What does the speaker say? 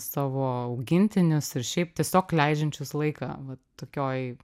savo augintinius ir šiaip tiesiog leidžiančius laiką vat tokioj